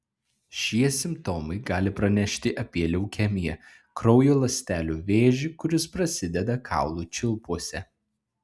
šie simptomai gali pranešti apie leukemiją kraujo ląstelių vėžį kuris prasideda kaulų čiulpuose